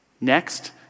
Next